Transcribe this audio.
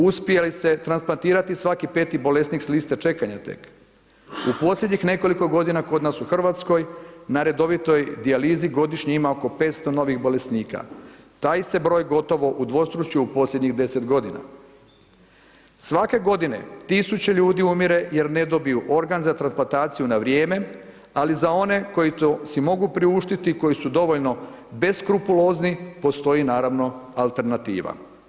Uspije li se translatirati svaki peti bolesnik s liste čekanja tek, u posljednjih nekoliko godina kod nas u Hrvatskoj, na redovitoj dijalizi godišnje ima oko 500 novih bolesnika, taj se broj gotovo udvostručio u posljednjih 10 g. Svake godine 1000 ljudi umire jer ne dobiju organ za transplantaciju na vrijeme, ali za one koji si to mogu priuštiti, koji su dovoljno beskrupulozni, postoji naravno alternativa.